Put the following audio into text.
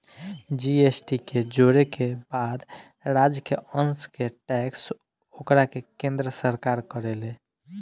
GST के जोड़े के बाद राज्य के अंस के टैक्स ओकरा के केन्द्र सरकार करेले